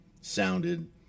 sounded